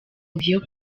vyo